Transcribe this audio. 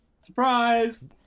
surprise